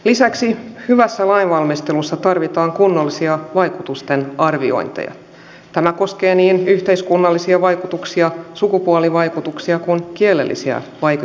lisäksi hyvässä lainvalmistelussa tarvitaan kunnollisia kukaan ei silti voine vakavissaan väittää että norja toimisi kansainvälisten velvoitteiden vastaisesti